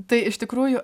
tai iš tikrųjų